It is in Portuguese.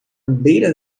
beira